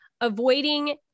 avoiding